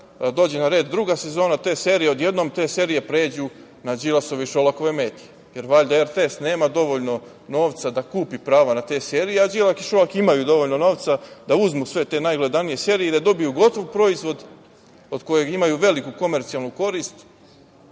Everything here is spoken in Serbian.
dođe na red druga sezona te serije, odjednom te serije pređu na Đilasove i Šolakove medije, jer valjda RTS nema dovoljno novca da kupi prava na te serije, a Đilas i Šolak imaju dovoljno novca da uzmu sve te najgledanije serije i da dobiju gotov proizvod od kojeg imaju veliku komercijalnu korist